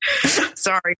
Sorry